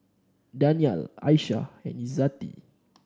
Danial Aishah and Izzati